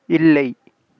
இல்லை